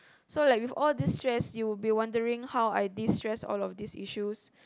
so like with all this stress you would be wondering how I destress all of these issues